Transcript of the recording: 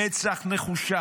אתם במצח נחושה,